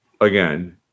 again